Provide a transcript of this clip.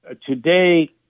today